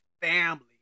family